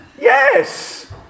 Yes